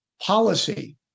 policy